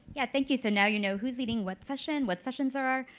yeah thank you. so now you know who's leading what session, what sessions are. are.